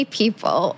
people